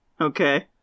Okay